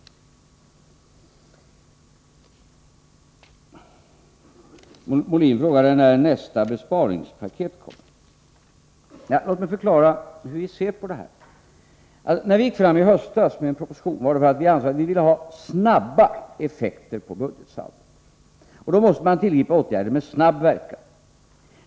Björn Molin frågade när nästa besparingspaket kommer. Låt mig förklara hur vi ser på detta. När vi i höstas lade fram en proposition var det för att vi vill ha snabba effekter på budgetsaldot. Då måste man tillgripa åtgärder med snabb verkan.